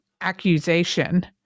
accusation